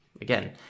again